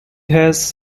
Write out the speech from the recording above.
has